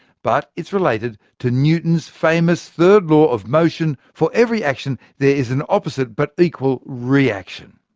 but it's related to newton's famous third law of motion for every action, there is an opposite but equal reaction.